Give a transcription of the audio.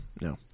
No